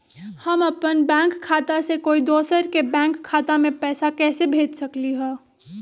हम अपन बैंक खाता से कोई दोसर के बैंक खाता में पैसा कैसे भेज सकली ह?